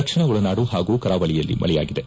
ದಕ್ಷಿಣ ಒಳನಾಡು ಹಾಗೂ ಕರಾವಳಿಯಲ್ಲಿ ಮಳೆಯಾಗಿದೆ